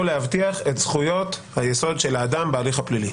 להבטיח את זכויות היסוד של האדם בהליך הפלילי,